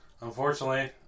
unfortunately